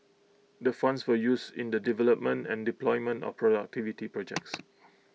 the funds were used in the development and deployment of productivity projects